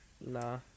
Nah